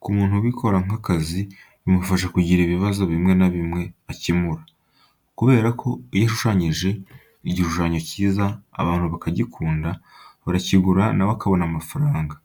Ku muntu ubikora nk'akazi bimufasha kugira ibibazo bimwe na bimwe akemura, kubera ko iyo ashushanyije igishushanyo cyiza abantu bakagikunda, barakigura na we akabona amafaranga.